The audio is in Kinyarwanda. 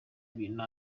ibintu